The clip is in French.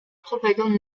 propagande